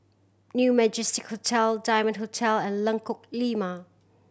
New Majestic Hotel Diamond Hotel and Lengkok Lima